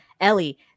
Ellie